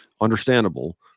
Understandable